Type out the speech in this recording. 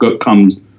comes